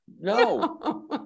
no